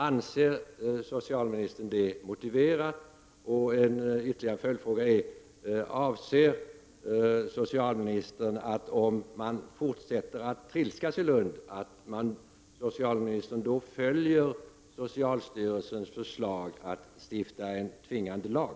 Avser socialministern att, om man fortsätter att trilskas i Lund, följa socialstyrelsens förslag att stifta en tvingande lag?